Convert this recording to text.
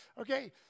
Okay